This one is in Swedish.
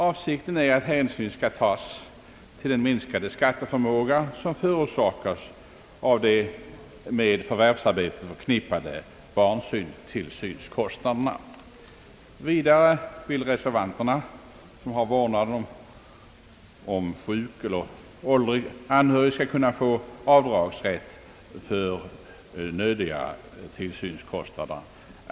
Avsikten är att hänsyn skall tas till den minskade skatteförmåga som förorsakas av de med förvärvsarbetet förknippade barntillsynskostnaderna. Vidare vill reservanterna att personer som har vårdnaden om sjuk eller åldrig nära anhörig skall få avdragsrätt för nödiga tillsynskostnader.